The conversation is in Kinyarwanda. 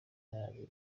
nabi